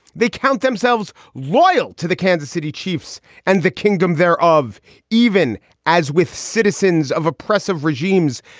they count themselves loyal to the kansas city chiefs and the kingdom there of even as with citizens of oppressive regimes,